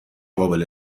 قابل